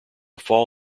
fall